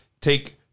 take